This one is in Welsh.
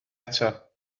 eto